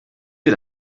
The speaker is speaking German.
wir